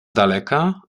daleka